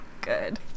good